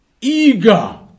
eager